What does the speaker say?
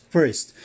First